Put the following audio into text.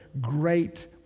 great